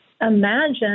Imagine